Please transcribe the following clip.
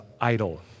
idol